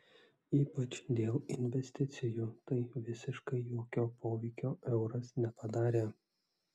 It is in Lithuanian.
ypač dėl investicijų tai visiškai jokio poveikio euras nepadarė